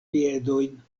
piedojn